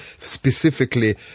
specifically